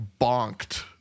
bonked